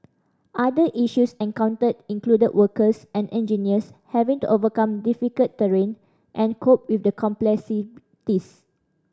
other issues encountered included workers and engineers having to overcome difficult terrain and cope with the complexities